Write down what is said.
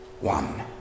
one